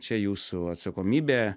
čia jūsų atsakomybė